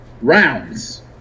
rounds